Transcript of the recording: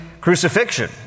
crucifixion